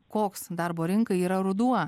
koks darbo rinkai yra ruduo